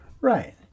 right